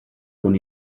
con